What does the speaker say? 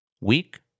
week